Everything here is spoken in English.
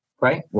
Right